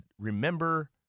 remember